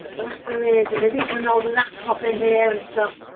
blackberries, and there's even an old laptop in here and stuff.